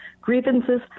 Grievances